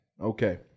Okay